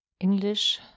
English